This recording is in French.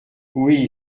oui